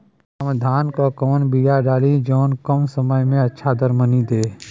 हम धान क कवन बिया डाली जवन कम समय में अच्छा दरमनी दे?